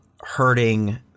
hurting